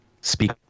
Speak